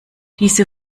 diese